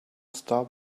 stop